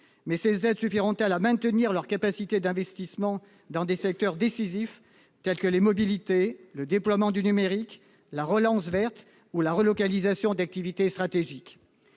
mais ces aides suffiront-elles à maintenir la capacité d'investissement des collectivités dans des secteurs décisifs tels que les mobilités, le déploiement du numérique, la relance verte ou la relocalisation d'activités stratégiques ?